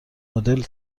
مدل